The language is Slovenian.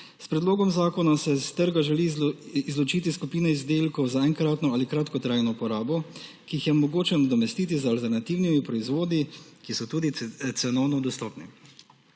S predlogom zakona se s trga želi izločiti skupina izdelkov za enkratno ali kratkotrajno uporabi, ki jih je mogoče nadomestiti z alternativnimi proizvodi, ki so tudi cenovno dostopni.